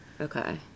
Okay